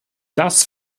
das